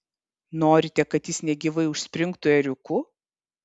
norite kad jis negyvai užspringtų ėriuku